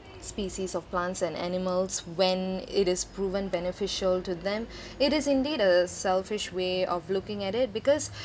species of plants and animals when it is proven beneficial to them it is indeed a selfish way of looking at it because